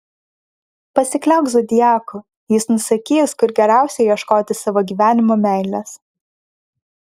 pasikliauk zodiaku jis nusakys kur geriausia ieškoti savo gyvenimo meilės